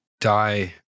die